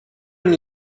and